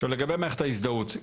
לגבי מערכת ההזדהות,